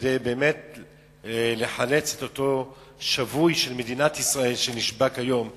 כדי לחלץ את אותו שבוי של מדינת ישראל שנשבה כיום בארצות-הברית.